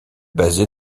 basé